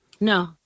No